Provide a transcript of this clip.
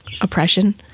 oppression